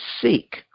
seek